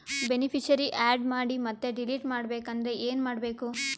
Beneficiary, add ಮಾಡಿ ಮತ್ತೆ delete ಮಾಡಬೇಕೆಂದರೆ ಏನ್ ಮಾಡಬೇಕು?